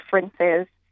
differences